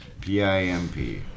P-I-M-P